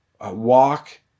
walk